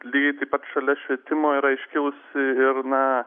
lygiai taip pat šalia švietimo yra iškilusi ir na